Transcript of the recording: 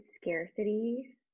scarcity